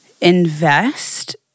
invest